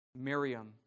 Miriam